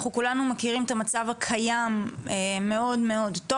אנחנו כולנו מכירים את המצב הקיים מאוד מאוד טוב.